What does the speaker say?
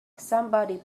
somebody